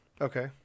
Okay